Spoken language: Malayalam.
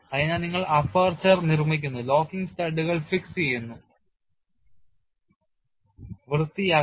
അതിനാൽ നിങ്ങൾ അപ്പർച്ചർ നിർമ്മിക്കുന്നു ലോക്കിംഗ് സ്റ്റഡുകൾ fix ചെയ്യുന്നു വൃത്തിയാക്കുന്നു